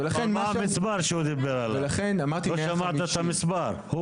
הוא אמר מספר, לא שמעת את המספר.